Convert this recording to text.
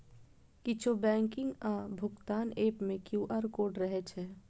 किछु बैंकिंग आ भुगतान एप मे क्यू.आर कोड रहै छै